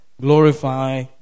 Glorify